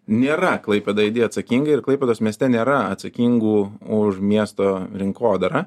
nėra klaipėda aidai atsakinga ir klaipėdos mieste nėra atsakingų už miesto rinkodarą